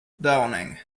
downing